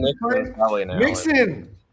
Mixon